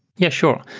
yeah. sure.